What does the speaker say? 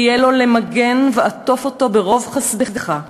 היה לו למגן ועטוף אותו ברוב חסדך.